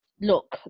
look